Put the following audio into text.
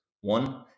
One